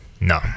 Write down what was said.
no